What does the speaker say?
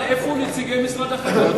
אני שאלתי כל הזמן: איפה נציגי משרד החקלאות?